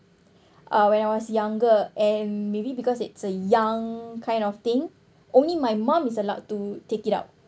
uh when I was younger and maybe because it's a young kind of thing only my mum is allowed to take it out